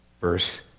Verse